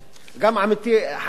גם עמיתי חנא סוייד.